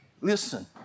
listen